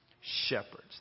Shepherds